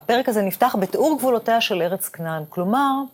הפרק הזה נפתח בתיאור גבולותיה של ארץ כנען, כלומר...